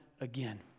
again